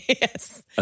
yes